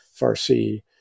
Farsi